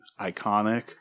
iconic